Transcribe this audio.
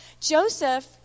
Joseph